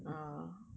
ah